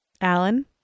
Alan